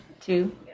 two